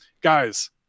guys